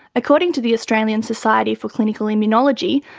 according to the australian society for clinical immunology,